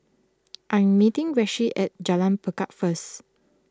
I am meeting Rishi at Jalan Lekar first